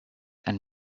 and